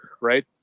right